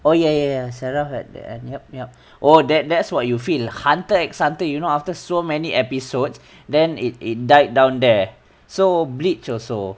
oh ya ya ya saraf at the end yup yup oh that that's what you feel hunter excited you know after so many episodes then it it died down there so bleach also